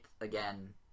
again